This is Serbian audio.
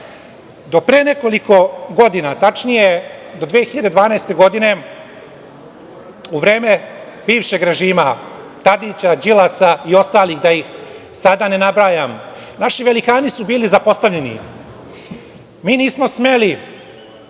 pre nekoliko godina, tačnije do 2012. godine, u vreme bivšeg režima Tadića, Đilasa, i ostalih, da ih sada ne nabrajam, naši velikani su bili zapostavljeni, mi nismo smeli